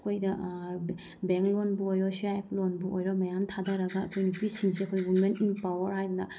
ꯑꯩꯈꯣꯏꯗ ꯕꯦꯡ ꯂꯣꯟꯕꯨ ꯑꯣꯏꯔꯣ ꯁꯤ ꯑꯥꯏ ꯑꯦꯐ ꯂꯣꯟꯕꯨ ꯑꯣꯏꯔꯣ ꯃꯌꯥꯝ ꯊꯥꯊꯔꯒ ꯑꯩꯈꯣꯏ ꯅꯨꯄꯤꯁꯤꯡꯁꯦ ꯑꯩꯈꯣꯏ ꯋꯤꯃꯦꯟ ꯑꯦꯝꯄꯥꯋꯔ ꯍꯥꯏꯗꯅ